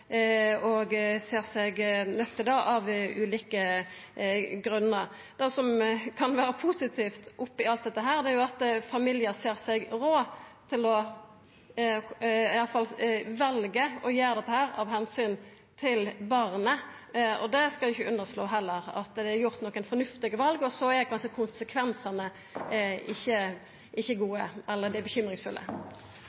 og ser seg nøydd til å gjere det, av ulike grunner. Det som kan vera positivt oppi alt dette, er at familiar vel å gjera dette av omsyn til barnet. Så ein skal heller ikkje underslå at det kan vera gjorde nokre fornuftige val også, men så er kanskje konsekvensane ikkje